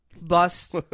Bust